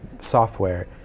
software